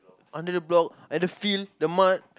under the block and the field the mud